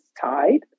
tied